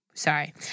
Sorry